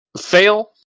Fail